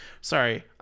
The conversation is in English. Sorry